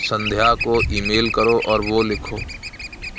سندھیا کو email کرو اور وہ لکھو